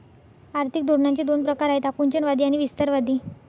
आर्थिक धोरणांचे दोन प्रकार आहेत आकुंचनवादी आणि विस्तारवादी